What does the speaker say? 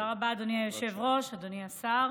השאלה